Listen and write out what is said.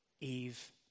Eve